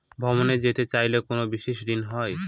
ভ্রমণে যেতে চাইলে কোনো বিশেষ ঋণ হয়?